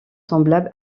semblable